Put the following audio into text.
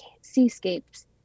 seascapes